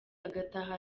agataha